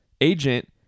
agent